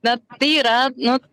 na tai yra nu